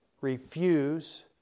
refuse